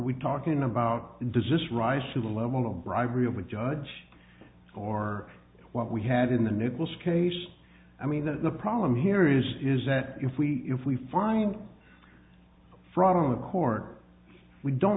we talking about desist rise to the level of bribery with judge or what we had in the nichols case i mean the problem here is is that if we if we find front on the corner we don't